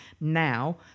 now